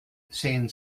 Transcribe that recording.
sehen